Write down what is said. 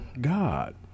God